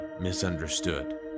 misunderstood